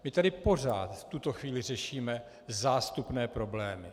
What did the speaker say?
My tady pořád v tuto chvíli řešíme zástupné problémy.